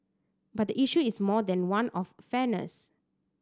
but the issue is more than one of fairness